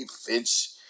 Finch